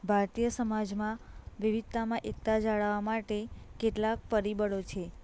ભારતીય સમાજમાં વિવિધતામાં એકતા જાળવવા માટે કેટલાક પરિબળો છે